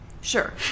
Sure